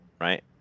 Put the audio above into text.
Right